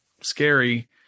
scary